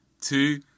two